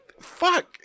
Fuck